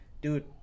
Dude